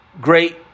great